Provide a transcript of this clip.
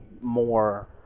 more